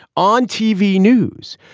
on tv news,